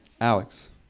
Alex